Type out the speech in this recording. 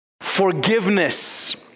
forgiveness